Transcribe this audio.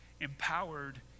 empowered